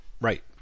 right